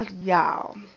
y'all